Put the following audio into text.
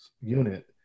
Unit